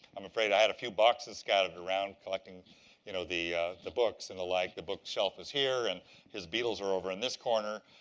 i'm afraid i had a few boxes scattered around collecting you know the the books and the like. the bookshelf is here, and his beetles are over in this corner.